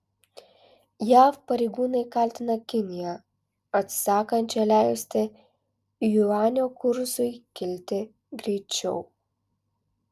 jav pareigūnai kaltina kiniją atsisakančią leisti juanio kursui kilti greičiau